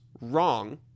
wrong